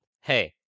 hey